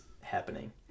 happening